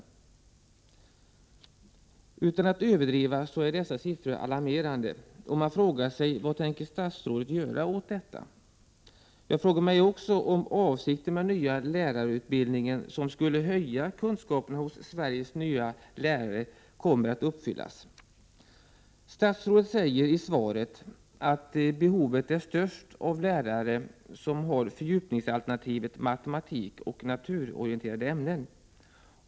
Man kan, utan att överdriva, säga att dessa siffror är alarmerande. Man frågar sig: Vad tänker statsrådet göra åt detta? Jag frågar mig också om målet med den nya lärarutbildningen, som skulle höja kunskaperna hos Sveriges nya lärare, kommer att uppnås. Statsrådet säger i svaret att behovet är störst av lärare som har fördjupningsalternativet matematik och naturorienterande ämnen.